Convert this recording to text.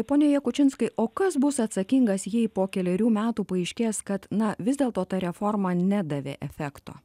pone jakučinskai o kas bus atsakingas jei po kelerių metų paaiškės kad na vis dėlto ta reforma nedavė efekto